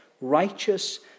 righteous